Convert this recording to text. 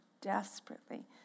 desperately